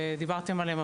ודיברתם עליהן,